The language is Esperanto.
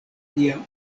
lia